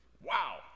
Wow